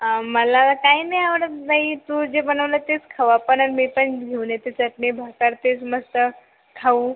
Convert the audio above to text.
मला काही नाही आवडत बाई तू जे बनवलं तेच खाऊ आपण आणि मी पण घेऊन येते चटणी भाकर तेच मस्त खाऊ